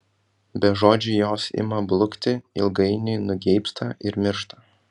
be žodžių jos ima blukti ilgainiui nugeibsta ir miršta